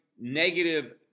negative